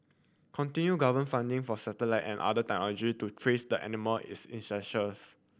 continue government funding for satellite and other technology to trace the animal is essentials